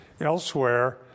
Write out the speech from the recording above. elsewhere